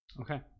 Okay